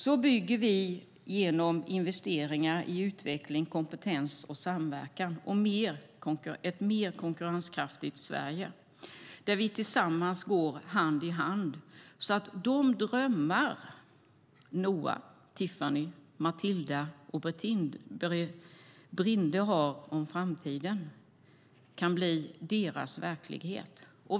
Så bygger vi genom investeringar i utveckling, kompetens och samverkan ett mer konkurrenskraftigt Sverige, där vi tillsammans går hand i hand, så att de drömmar Noa, Tiffany, Matilda och Brinde har om framtiden kan bli deras verklighet.